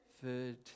food